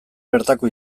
bertako